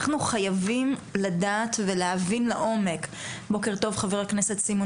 אנחנו חייבים לדעת ולהבין לעומק - בוקר טוב חבר הכנסת סימון